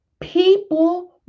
people